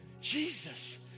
Jesus